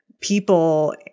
people